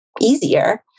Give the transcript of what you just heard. easier